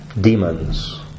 demons